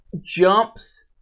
jumps